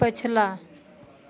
पछिला